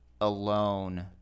alone